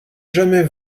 jamais